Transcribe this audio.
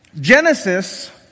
Genesis